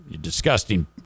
disgusting